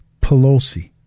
Pelosi